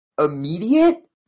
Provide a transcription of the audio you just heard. immediate